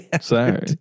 Sorry